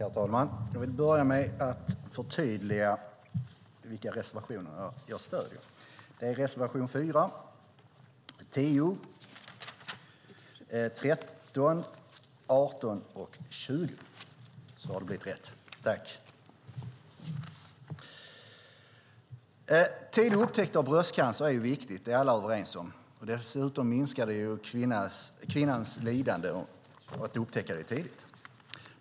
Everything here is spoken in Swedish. Herr talman! Jag vill börja med att förtydliga vilka reservationer jag stöder. Det är reservation 4, 10, 13, 18 och 20. Tidig upptäckt av bröstcancer är viktigt. Det är alla överens om. Det minskar dessutom kvinnans lidande om man upptäcker det i tid.